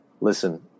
listen